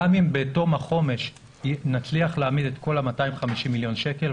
אם בתום החומש נצליח להעמיד את כל ה-250 מיליון שקלים,